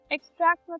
Extract